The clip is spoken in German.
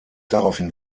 daraufhin